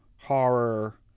horror